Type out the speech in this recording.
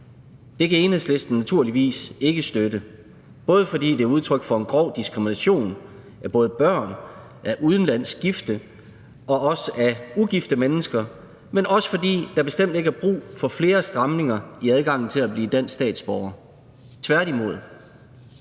Det kan Enhedslisten naturligvis ikke støtte, både fordi det er udtryk for en grov diskrimination af både børn, af udenlandsk gifte og også af ugifte mennesker, men også fordi der bestemt ikke er brug for flere stramninger i adgangen til at blive dansk statsborger – tværtimod.